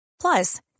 Plus